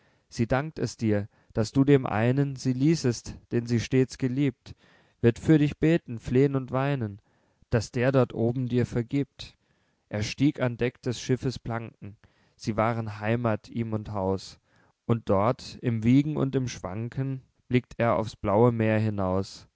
sie dankt es dir daß du dem einen sie ließest den sie stets geliebt wird für dich beten flehn und weinen daß der dort oben dir vergiebt er stieg an deck des schiffes planken sie waren heimat ihm und haus und dort im wiegen und im schwanken blickt er aufs blaue meer hinaus